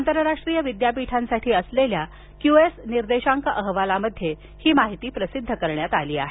आंतरराष्ट्रीय विद्यापीठांसाठी असलेल्या क्यू एस निर्देशांक अहवालात ही माहिती प्रसिद्ध करण्यात आली आहे